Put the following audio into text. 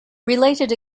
related